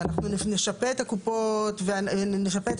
שאנחנו נשפה את הקופות --- לא נשפה את